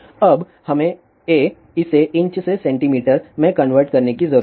अब हमें a इसे इंच से सेंटीमीटर में कन्वर्ट करने की जरूरत है